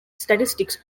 statistics